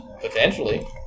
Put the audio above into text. Potentially